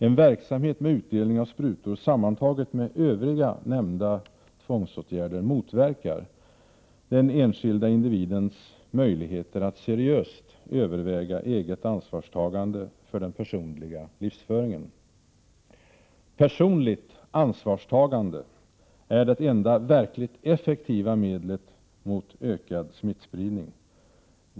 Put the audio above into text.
En verksamhet med utdelning av sprutor med övriga nämnda tvångsåtgärder motverkar den enskilde individens möjligheter att seriöst överväga eget ansvar för den personliga livsföringen. Personligt ansvarstagande är det enda verkligt effektiva medlet mot ökad smittspridning.